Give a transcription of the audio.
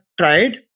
tried